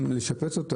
היא הרבה יותר יקרה.